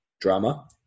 drama